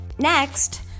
Next